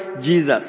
Jesus